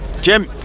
Jim